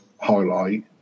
highlight